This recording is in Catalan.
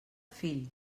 fill